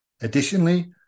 Additionally